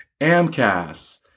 AMCAS